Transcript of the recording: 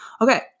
Okay